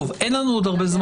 אין לנו זמן רב,